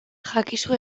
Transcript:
jakizu